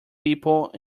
people